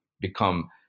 become